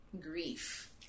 grief